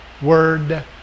word